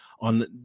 on